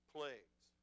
Plagues